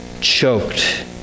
choked